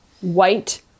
white